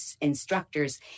instructors